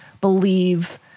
believe